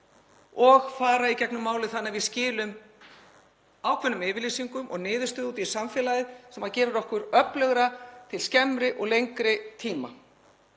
og fara í gegnum málið þannig að við skilum ákveðnum yfirlýsingum og niðurstöðu út í samfélagið sem gerir okkur öflugri til skemmri og lengri tíma.